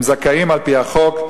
הם זכאים על-פי החוק,